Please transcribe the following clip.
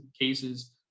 cases